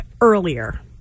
earlier